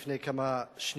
לפני כמה שניות,